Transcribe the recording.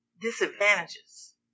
disadvantages